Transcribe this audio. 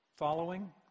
following